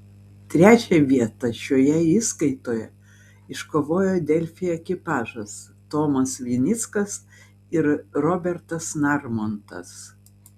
trečią vietą šioje įskaitoje iškovojo delfi ekipažas tomas vinickas ir robertas narmontas